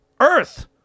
earth